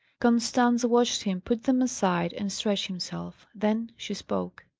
constance watched him put them aside, and stretch himself. then she spoke.